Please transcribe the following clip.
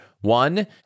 One